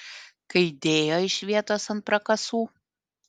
kai dėjo iš vietos ant prakasų